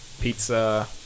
pizza